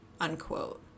unquote